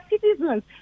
citizens